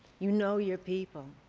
you know your people,